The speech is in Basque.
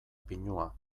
pinua